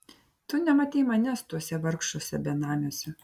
tu nematei manęs tuose vargšuose benamiuose